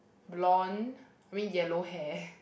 blonde I mean yellow hair